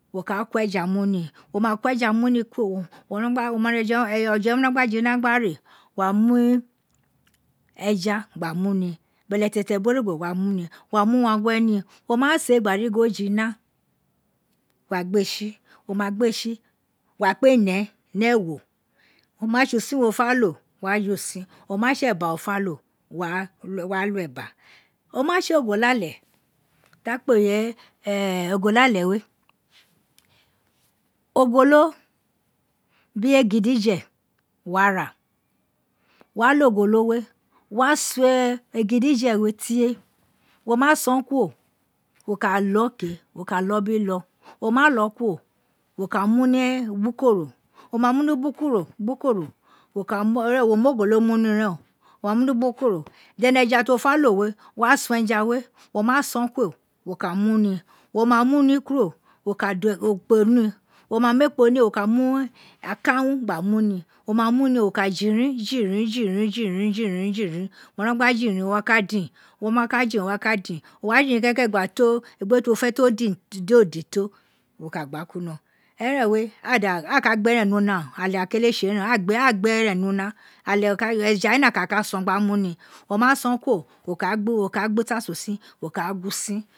Wó ká á kó ẹja mú ni wó má ko eja mu ni kuro ọfẹ we wino jina gna re wa mu ẹja gba mu ni, bẹlẹtẹtẹ bin orugba, gba mu ni, wa mu uwaghẹ ni, wo ma se gba ri gin o jina gba gbe tsi, wo ma gbe tsi gba ọpe nẹẹ ni ẹwo o ma tse usin wo fe lọ wa ju sin, o ma tse ebe wo fa lo wa lọ ẹna o ma tse ogolale ti a kpe usin ogolale we, ogolo bu egidige wo wa ra wa lo ogolo we, wo wa sọn egidige ww tie, wo ma sọn kuro wo ka lọ ke, wo ka mu eghẹdn ubukoro, wo ma ni ubukon ubukoro wo ka ira erẹn wo mu ni ubukoro, then ẹja ti wo fa lo we wa sọn ẹja we, wo ma sọn kuro, we ka mu ni, wo ma mu ni kuro wo da ekpo ni, wo ma mu ekpo ni wo ka mu akanwu gna mi ni wo ma muni wo ka jighirin jighirin jighirin jighirin wo ma wino gba jighirin o wa ka din, wo wa jighirin kẹkẹ gba to egbe ti wo fẹ di o din to wo ka gba kuri in ọrọn erẹn we a ka egbe ẹrẹn ni una ale akele tse ẹten a gbe ẹrẹ ni una alẹ, eja we nokan a ka sọn gba mu ni o ma sọn kuro, wo la a gbe tasu usin, wo ka a gun usin